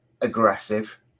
aggressive